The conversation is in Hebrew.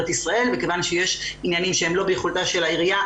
ישראל וכיוון שיש עניינים שלא ביכולתה של העירייה,